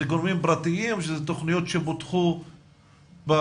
זה גורמים פרטיים או שזה תוכניות שפותחו ברשויות?